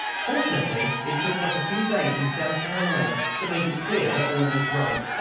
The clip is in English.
fortunately it took but a few days in south carolina to make it clear that all was right,